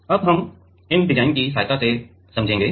अब हम इन डिज़ाइन की सहायता से समझाएंगे